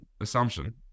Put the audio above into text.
assumption